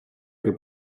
que